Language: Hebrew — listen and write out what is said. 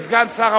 מכל הסיבות,